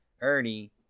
Ernie